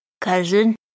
Cousin